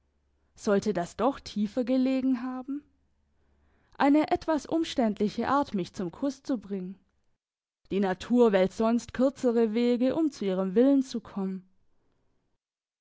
sollte das doch tiefer gelegen haben eine etwas umständliche art mich zum kuss zu bringen die natur wählt sonst kürzere wege um zu ihrem willen zu kommen